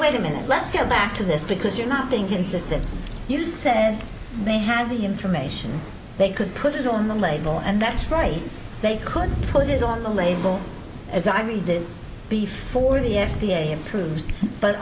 wait a minute let's go back to this because you're not being consistent you said they have the information they could put it on the label and that's right they could put it on the label as i read it before the f d a approves but